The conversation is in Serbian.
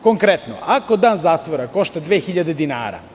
Konkretno, ako dan zatvora košta 2 hiljade dinara.